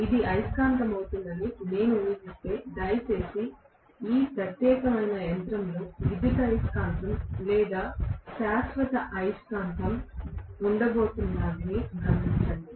ఇది అయస్కాంతం అవుతుందని నేను ఊహిస్తే దయచేసి ఈ ప్రత్యేకమైన యంత్రంలో విద్యుదయస్కాంతం లేదా శాశ్వత అయస్కాంతం ఉండబోతున్నానని గమనించండి